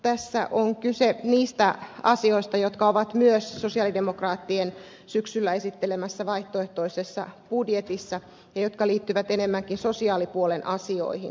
tässä on kyse niistä asioista jotka ovat myös sosialidemokraattien syksyllä esittelemässä vaihtoehtoisessa budjetissa ja jotka liittyvät enemmänkin sosiaalipuolen asioihin